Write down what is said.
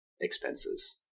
expenses